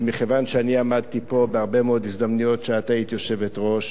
ומכיוון שאני עמדתי פה בהרבה מאוד הזדמנויות שאת היית יושבת-ראש,